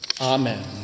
amen